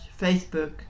Facebook